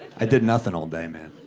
i did nothing all day, man.